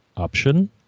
Option